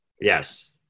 Yes